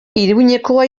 iruñekoa